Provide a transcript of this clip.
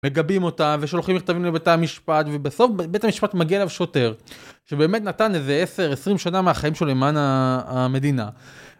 מגבים אותם ושולחים מכתבים לבתי המשפט, ובסוף בית המשפט מגיע אליו שוטר, שבאמת נתן איזה עשר, עשרים שנה מהחיים שלו למען המדינה